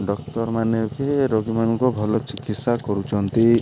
ଡକ୍ଟରମାନେ କି ରୋଗୀମାନଙ୍କୁ ଭଲ ଚିକିତ୍ସା କରୁଛନ୍ତି